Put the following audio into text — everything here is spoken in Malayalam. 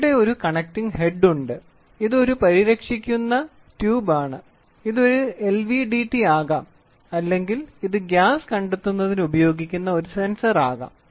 ഇവിടെ ഒരു കണക്റ്റിംഗ് ഹെഡ് ഉണ്ട് ഇത് ഒരു പരിരക്ഷിക്കുന്ന ട്യൂബാണ് ഇത് ഒരു എൽവിഡിടി ആകാം അല്ലെങ്കിൽ ഇത് ഗ്യാസ് കണ്ടെത്തുന്നതിന് ഉപയോഗിക്കുന്ന ഒരു സെൻസറാകാം